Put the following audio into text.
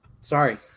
Sorry